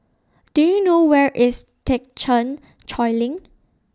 Do YOU know Where IS Thekchen Choling